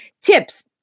Tips